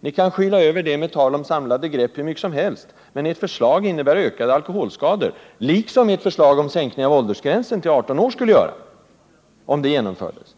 Ni kan skyla över det med tal om samlade grepp hur mycket som helst. Ert förslag skulle ändå innebära ökade alkoholskador liksom ert förslag om en sänkning av åldersgränsen till 18 år, om detta genomfördes.